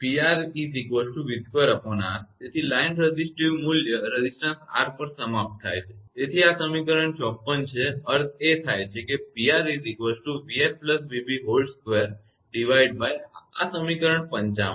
તેથી 𝑃𝑅𝑣2𝑅 તેથી line resistive મૂલ્ય રેઝિસ્ટન્સ r પર સમાપ્ત થાય છે તેથી આ સમીકરણ 54 છે અર્થ એ થાય છે કે આ સમીકરણ 55 છે